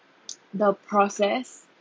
the process